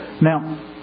Now